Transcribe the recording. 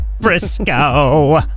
Frisco